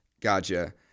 Gotcha